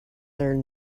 learn